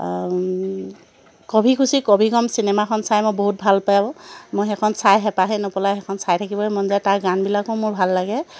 কভি খুচি কভি গম চিনেমাখন চাই মই বহুত ভাল পাওঁ মই সেইখন চাই হেঁপাহে নপলায় সেইখন চাই থাকিবই মন যায় তাৰ গানবিলাকো মোৰ ভাল লাগে